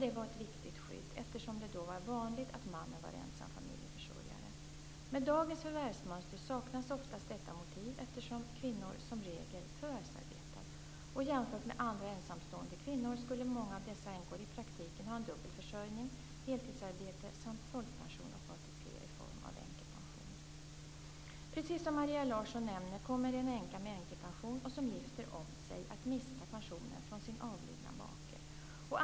Detta var ett viktigt skydd eftersom det då var vanligt att mannen var ensam familjeförsörjare. Med dagens förvärvsmönster saknas oftast detta motiv eftersom kvinnor som regel förvärvsarbetar. Jämfört med andra ensamstående kvinnor skulle många av dessa änkor i praktiken ha en dubbel försörjning: Precis som Maria Larsson nämner kommer en änka med änkepension som gifter om sig att mista pensionen från sin avlidne make.